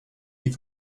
die